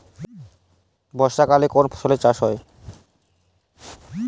বর্ষাকালে কোন ফসলের চাষ হয়?